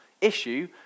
issue